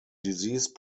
disease